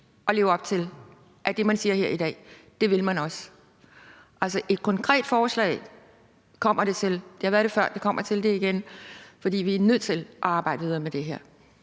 at leve op til det, man her i dag siger at man vil. Altså, et konkret forslag kommer der. Der har været det før, og der kommer det igen. For vi er nødt til at arbejde videre med det her.